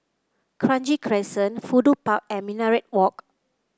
Kranji Crescent Fudu Park and Minaret Walk